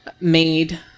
made